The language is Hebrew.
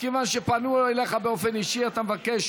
52 מתנגדים, 39 בעד,